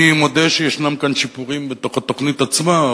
אני מודה שיש כאן שיפורים בתוכנית עצמה,